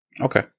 Okay